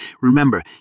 Remember